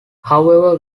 however